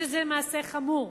שזה מעשה חמור.